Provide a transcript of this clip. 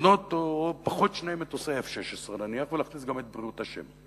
לקנות פחות שני מטוסי 16-F ולהכניס גם את בריאות השן.